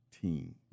team